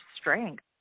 strength